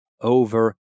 over